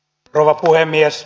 rouva puhemies